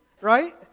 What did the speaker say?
right